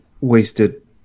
wasted